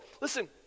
Listen